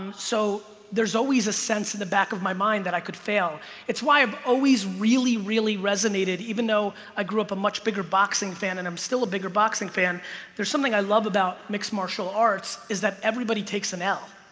so there's always a sense in the back of my mind that i could fail it's why i've always really really resonated even though i grew up a much bigger boxing fan and i'm still a bigger boxing fan there's something i love about mixed martial arts. is that everybody takes an l?